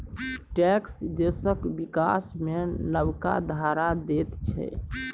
tax देशक बिकास मे नबका धार दैत छै